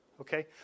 okay